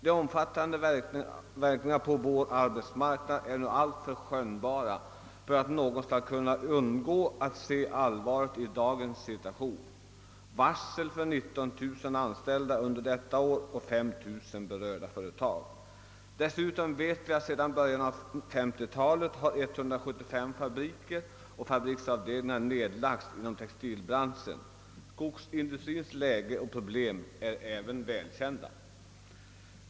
De omfattande verkningarna på vår arbetsmarknad är alltför tydligt skönjbara för att någon skall kunna undgå att inse allvaret i dagens situation. Varsel har i år utfärdats för 19 000 anställda vid 5000 företag. Sedan början av 1950-talet har dessutom 175 fabriker och fabriksavdelningar lagts ned inom textilbranschen. Skogsindustriens läge och problem är även välkända.